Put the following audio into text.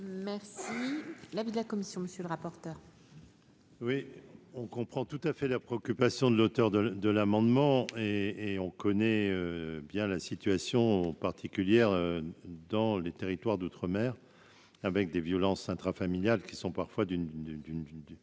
Merci l'avis de la commission, monsieur le rapporteur. Oui, on comprend tout à fait la préoccupation de l'auteur de de l'amendement et et on connaît bien la situation particulière dans les territoires d'outre-mer avec des violences intrafamiliales qui sont parfois d'une